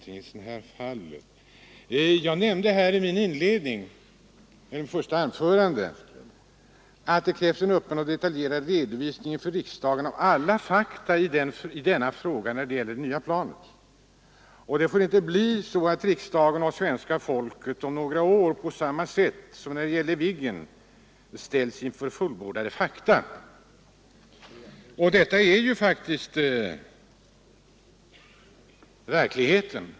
I mitt första anförande nämnde jag att det krävs en öppen och detaljerad redovisning inför riksdagen av alla fakta när det gäller det nya planet. Riksdagen och svenska folket får inte om några år på samma sätt som när det gällde Viggen ställas inför fullbordat faktum. Detta är allvarligt.